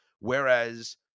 Whereas